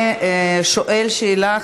וכן את שואל השאלה,